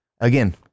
again